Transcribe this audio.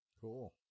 cool